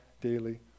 daily